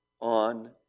on